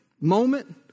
moment